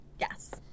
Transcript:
Yes